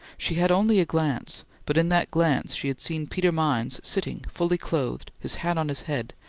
she had only a glance, but in that glance she had seen peter mines sitting fully clothed, his hat on his head,